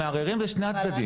המערערים זה שני הצדדים.